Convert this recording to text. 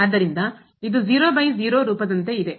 ಆದ್ದರಿಂದ ಇದು ಇದೆ